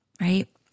right